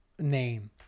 name